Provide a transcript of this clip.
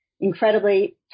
incredibly